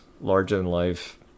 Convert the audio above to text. larger-than-life